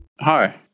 Hi